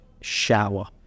shower